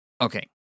Okay